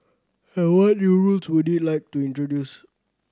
and what new rules would it like to introduce